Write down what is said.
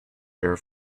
air